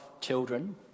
children